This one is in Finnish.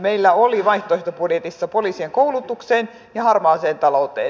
meillä oli vaihtoehtobudjetissa poliisien koulutukseen ja harmaaseen talouteen